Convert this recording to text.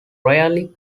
rarely